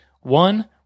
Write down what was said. One